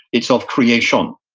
it's of creation.